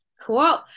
Cool